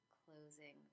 closing